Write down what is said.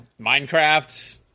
Minecraft